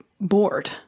bored